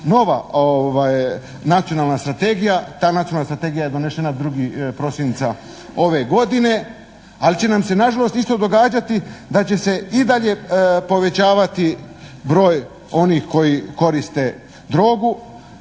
ta nacionalna strategija je donešena 2. prosinca ove godine, ali će nam se na žalost isto događati da će se i dalje povećavati broj onih koji koriste drogu,